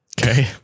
Okay